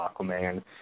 Aquaman